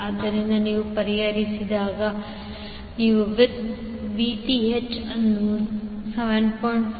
ಆದ್ದರಿಂದ ನೀವು ಪರಿಹರಿಸಿದಾಗ ನೀವು ವಿಥ್ ಅನ್ನು 7